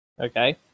Okay